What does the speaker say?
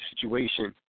situation